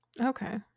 Okay